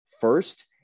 first